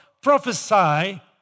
prophesy